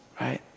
right